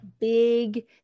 big